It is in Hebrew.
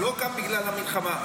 לא קם בגלל המלחמה.